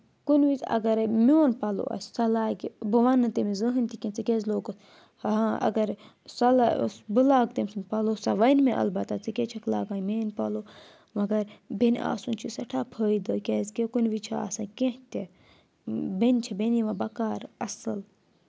کُنہِ وِزِ اگرے میون پَلو آسہِ سۄ لاگہِ بہٕ وَننہٕ تٔمِس زٕہٕنۍ تہِ کینٛہہ ژٕ کیازِ لوگُتھ ہاں اگر صلح ٲس بہٕ لاگہٕ تٔمۍ سُنٛد پَلو سۄ وَنہِ مےٚ البتہ ژٕ کیازِ چھَکھ لاگان میٛٲنۍ پَلو مگر بیٚنہِ آسُن چھُ سؠٹھاہ فٲیدٕ کیٛازِکہِ کُنہِ وِز چھِ آسان کینٛہہ تہِ بیٚنہِ چھِ بیٚنہِ یِوان بَکار اَصٕل